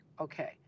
Okay